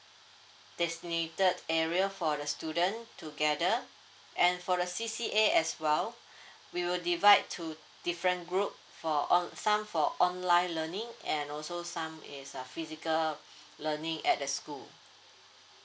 designated area for the student to gather and for the C_C_A as well we will divide to different group for on~ some for online learning and also some is uh physical learning at the school